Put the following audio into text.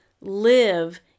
live